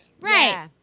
Right